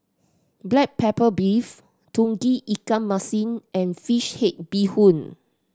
black pepper beef Tauge Ikan Masin and fish head bee hoon